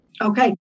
Okay